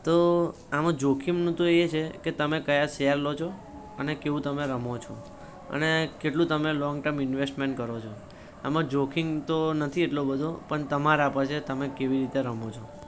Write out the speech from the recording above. તો આમાં જોખમનું તો એ છે કે તમે કયા શેર લો છો અને કેવું તમે રમો છો અને કેટલું તમે લોંગ ટર્મ ઇન્વેસ્ટમેન્ટ કરો છો આમાં જોખમ તો નથી એટલું બધું પણ તમારા પર છે તમે કેવી રીતે રમો છો